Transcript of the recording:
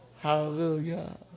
Hallelujah